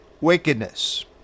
wickedness